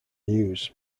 news